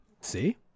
See